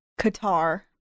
Qatar